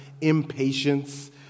impatience